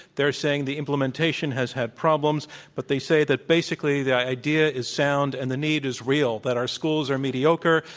they're saying, the implementation has had problems. but they say that basically the idea is sound and the need is real, that our schools are mediocre,